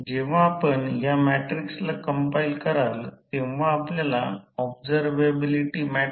तर त्या सोबत ड्रॉप होईल I2 Re2आणि नंतर I2 XE2 हा 1 असेल आणि हा कोन 90 oआहे आणि हे Re2 आहे आणि V2आणि E2 मधील कोन आहे ∂ येथे आहे ∂